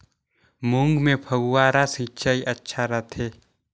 मूंग मे फव्वारा सिंचाई अच्छा रथे?